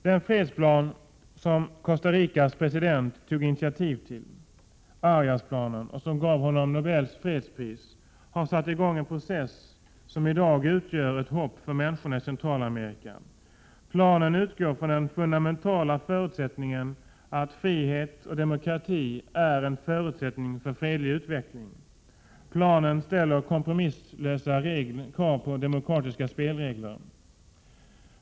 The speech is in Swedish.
Den fredsplan som Costa Ricas president tog initiativ till — Ariasplanen — och som gav honom Nobels fredspris har satt i gång en process som i dag utgör ett hopp för människorna i Centralamerika. Planen utgår från den fundamentala förutsättningen att frihet och demokrati är en förutsättning för en fredlig utveckling. Planen ställer kompromisslösa krav på demokratiska spelregler.